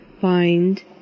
find